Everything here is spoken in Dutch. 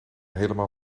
helemaal